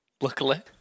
Luckily